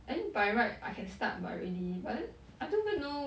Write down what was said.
I think by right I can start but already but then I don't even know